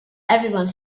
everyone